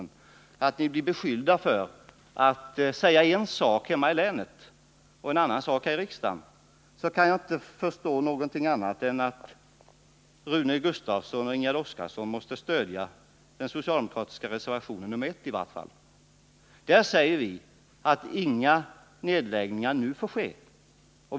För att inte bli beskyllda för att säga en sak hemma i länet och en annan här i riksdagen kan jag inte förstå annat än att Rune Gustavsson och Ingegärd Oskarsson bör stödja i varje fall den socialdemokratiska reservationen nr 1. I denna säger vi att inga nedläggningar får ske.